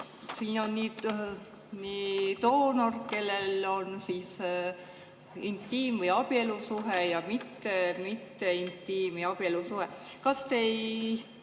Siin on nüüd doonor, kellel on intiim- või abielusuhe või mitteintiim- või abielusuhe. Kas te ei